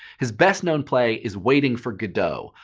his best-known play is waiting for godot,